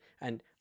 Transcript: And-